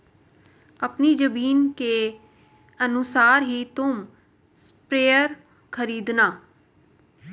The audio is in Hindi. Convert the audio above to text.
अपनी जमीन के अनुसार ही तुम स्प्रेयर खरीदना